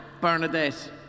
Bernadette